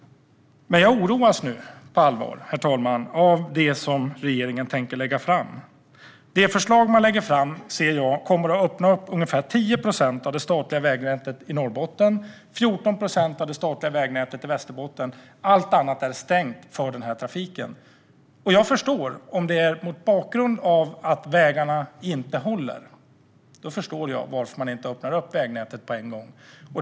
Men jag oroas nu på allvar, herr talman, av det förslag som regeringen tänker lägga fram. Man kommer att öppna ungefär 10 procent av det statliga vägnätet i Norrbotten och 14 procent av det statliga vägnätet i Västerbotten. Allt annat är stängt för den här trafiken. Jag förstår om det är mot bakgrund av att vägarna inte håller som man inte öppnar vägnätet på en gång.